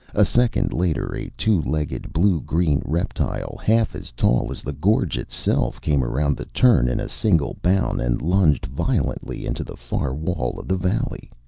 a second later, a two-legged, blue-green reptile half as tall as the gorge itself came around the turn in a single bound and lunged violently into the far wall of the valley.